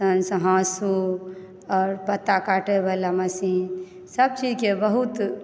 तहनसंँ हाँसु आओर पत्ता काटए वला मशीन सब चीजके बहुत